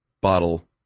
bottle